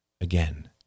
again